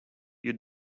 you